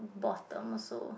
bottom also